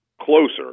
closer